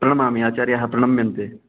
प्रणमामि आचार्याः प्रणम्यन्ते